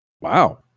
Wow